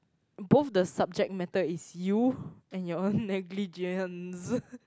both the subject matter is you and your own negligence